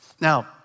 Now